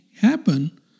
happen